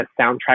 soundtrack